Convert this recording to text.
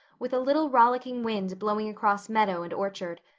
with a little rollicking wind blowing across meadow and orchard.